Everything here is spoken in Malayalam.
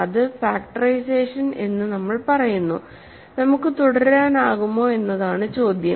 ഇത് ഫാക്ടറൈസേഷൻ എന്ന് നമ്മൾ പറയുന്നു നമുക്ക് തുടരാനാകുമോ എന്നതാണ് ചോദ്യം